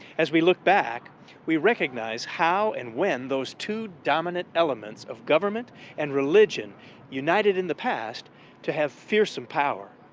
as we look back we recognize how and when those two dominant elements of government and religion united in the past to have fearsome power.